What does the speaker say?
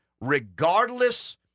regardless